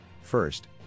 First